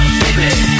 baby